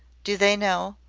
do they know?